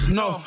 no